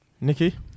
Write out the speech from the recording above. Nikki